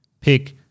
pick